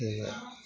हैए